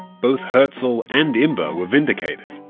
both herzl and imber were vindicated.